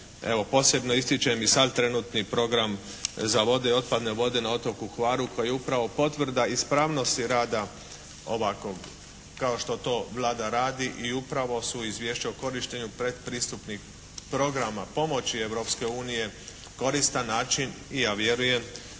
Evo, posebno ističem i sav trenutni program za vode i otpadne vode na otoku Hvaru koji je upravo potvrda ispravnosti rada ovako kao što to Vlada radi i upravo su izvješća o korištenju predpristupnih programa pomoći Europske unije koristan način i ja vjerujem